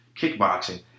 kickboxing